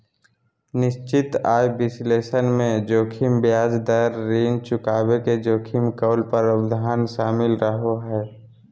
निश्चित आय विश्लेषण मे जोखिम ब्याज दर, ऋण चुकाबे के जोखिम, कॉल प्रावधान शामिल रहो हय